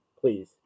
please